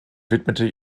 widmete